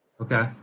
Okay